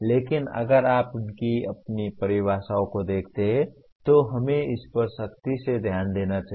लेकिन अगर आप उनकी अपनी परिभाषाओं को देखते हैं तो हमें इस पर सख्ती से ध्यान देना चाहिए